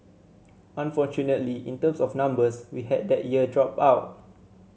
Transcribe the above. unfortunately in terms of numbers we had that year drop out